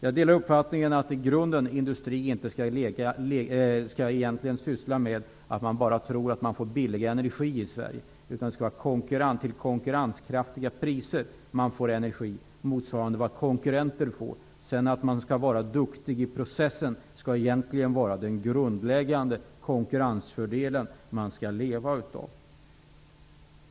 Jag delar uppfattningen att industrierna inte skall tro att de kan få energi billigt i Sverige. De skall få energi till konkurrenskraftiga priser, motsvarande vad konkurrenter får. Den grundläggande konkurrensfördelen skall egentligen vara att de är duktiga i processen. Herr talman!